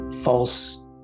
false